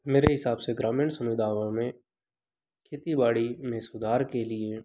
मेरे हिसाब से ग्रामीण सुविधाओं में खेती बाड़ी में सुधार के लिए